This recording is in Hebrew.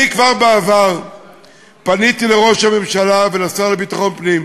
אני כבר פניתי בעבר לראש הממשלה ולשר לביטחון פנים,